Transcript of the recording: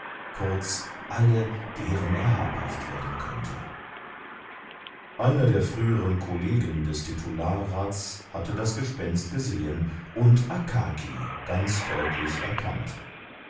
kurz alle deren er habhaft werden könnte einer der früheren kollegen des titularrats hatte das gespenst gesehen und akaki ganz deutlich erkannt